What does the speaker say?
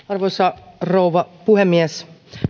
arvoisa rouva puhemies